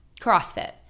CrossFit